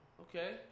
Okay